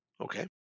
Okay